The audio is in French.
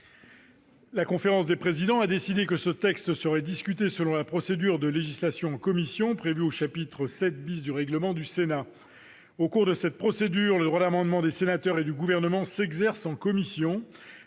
La conférence des présidents a décidé que ce texte serait discuté selon la procédure de législation en commission prévue au chapitre VII du règlement du Sénat. Au cours de cette procédure, le droit d'amendement des sénateurs et du Gouvernement s'exerce en commission,